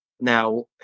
now